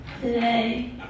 today